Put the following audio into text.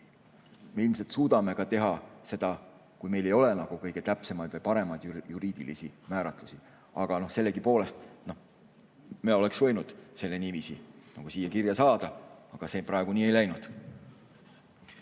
me ilmselt suudame teha seda ka siis, kui meil ei ole kõige täpsemaid ja paremaid juriidilisi määratlusi. Aga sellegipoolest me oleks võinud selle niiviisi siia kirja saada, aga praegu see nii ei läinud.